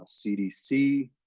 cdc,